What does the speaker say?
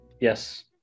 Yes